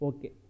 Okay